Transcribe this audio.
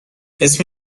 اسم